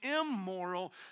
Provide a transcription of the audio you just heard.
immoral